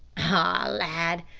ah! lad,